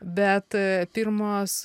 bet pirmos